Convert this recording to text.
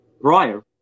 prior